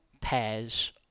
pairs